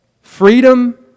Freedom